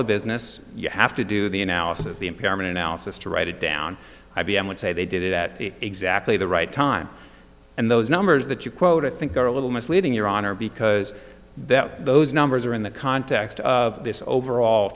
the business you have to do the analysis the impairment analysis to write it down i b m would say they did it at exactly the right time and those numbers that you quoted think are a little misleading your honor because that those numbers are in the context of this overall